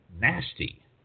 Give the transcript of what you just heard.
nasty